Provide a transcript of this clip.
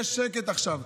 יש שקט עכשיו.